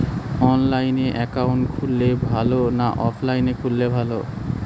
অনলাইনে একাউন্ট খুললে ভালো না অফলাইনে খুললে ভালো?